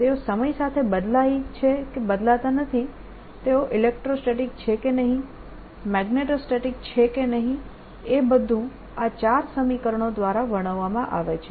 તેઓ સમય સાથે બદલાય છે કે બદલાતા નથી તેઓ ઇલેક્ટ્રોસ્ટેટીક છે કે નહિ મેગ્નેટોસ્ટેટીક છે કે નહિ એ બધું આ ચાર સમીકરણો દ્વારા વર્ણવવામાં આવે છે